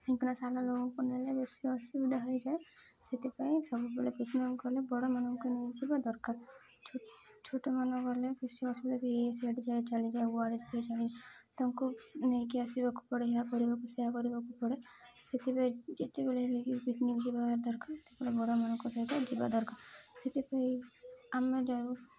କାଇଁକିନା ସାନ ଲୋକଙ୍କୁ ନେଲେ ବେଶି ଅସୁବିଧା ହେଇଯାଏ ସେଥିପାଇଁ ସବୁବେଳେ ପିକନିକ୍କୁ ଗଲେ ବଡ଼ମାନଙ୍କୁ ନେଇଯିବା ଦରକାର ଛୋଟମାନେ ଗଲେ ବେଶି ଅସୁବିଧା ଏଆଡ଼େ ସେଆଡେ଼ ଯାଇ ଚାଲିଯାଏ ଚାଲିଯାନ୍ତି ତାଙ୍କୁ ନେଇକି ଆସିବାକୁ ପଡ଼େ ଏହା କରିବାକୁ ସେୟା କରିବାକୁ ପଡ଼େ ସେଥିପାଇଁ ଯେତେବେଳେ ବି ପିକନିକ୍ ଯିବା ଦରକାର ସେତେବେଳେ ବଡ଼ମାନଙ୍କ ସହିତ ଯିବା ଦରକାର ସେଥିପାଇଁ ଆମେ ଯାଉ